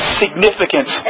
significance